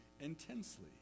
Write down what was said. intensely